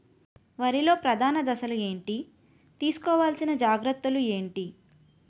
వరిలో ప్రధాన దశలు ఏంటి? తీసుకోవాల్సిన జాగ్రత్తలు ఏంటి?